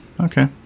okay